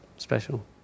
special